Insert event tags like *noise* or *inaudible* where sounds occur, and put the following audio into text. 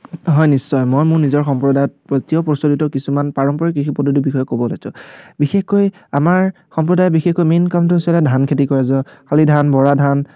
হয় নিশ্চয় মই মোৰ নিজৰ সম্প্ৰদায়ত এতিয়াও প্ৰচলিত কিছুমান পাৰম্পৰিক কৃষি পদ্ধতিৰ বিষয়ে ক'ব লৈছোঁ বিশেষকৈ আমাৰ সম্প্ৰদায়ৰ বিশেষকৈ মেইন কামটো হৈছে ধান খেতি কৰে *unintelligible* শালি ধান বৰা ধান